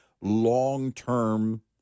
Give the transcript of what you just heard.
long-term